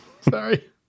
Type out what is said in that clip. Sorry